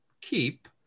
keep